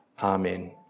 Amen